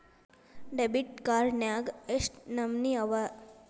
Debit card ನ್ಯಾಗ್ ಯೆಷ್ಟ್ ನಮನಿ ಅವ?